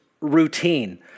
routine